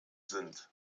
sind